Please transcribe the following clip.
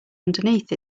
underneath